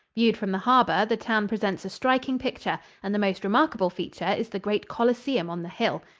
viewed from the harbor, the town presents a striking picture, and the most remarkable feature is the great colosseum on the hill.